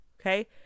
okay